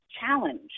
challenge